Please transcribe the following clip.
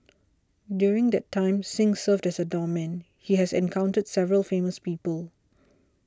during the time that Singh served as a doorman he has encountered several famous people